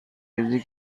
ریزی